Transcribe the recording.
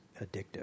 addictive